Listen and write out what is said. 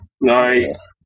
Nice